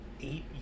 eight